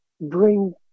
bring